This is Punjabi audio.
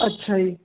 ਅੱਛਾ ਜੀ